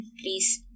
Please